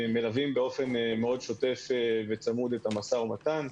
אנחנו מלווים באופן שוטף וצמוד את המשא-ומתן.